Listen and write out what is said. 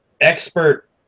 expert